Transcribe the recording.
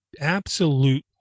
absolute